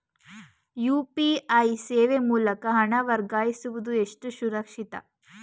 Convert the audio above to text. UPI ಸೇವೆ ಮೂಲಕ ಹಣ ವರ್ಗಾಯಿಸುವುದು ಎಷ್ಟು ಸುರಕ್ಷಿತ?